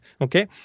okay